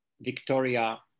Victoria